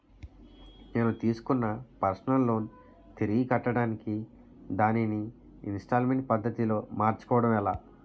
నేను తిస్కున్న personal loan తిరిగి కట్టడానికి దానిని ఇంస్తాల్మేంట్ పద్ధతి లో మార్చుకోవడం ఎలా?